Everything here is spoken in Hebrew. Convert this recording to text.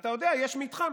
ואתה יודע, יש מתחם.